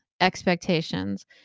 expectations